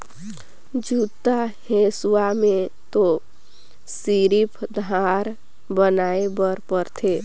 जुन्ना हेसुआ में तो सिरिफ धार बनाए बर परथे